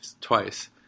twice